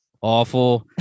awful